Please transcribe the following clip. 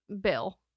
bill